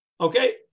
Okay